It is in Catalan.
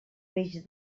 peix